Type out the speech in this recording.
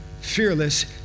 Fearless